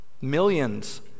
Millions